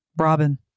Robin